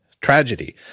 tragedy